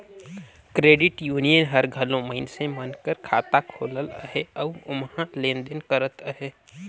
credit union हर घलो मइनसे मन कर खाता खोलत अहे अउ ओम्हां लेन देन करत अहे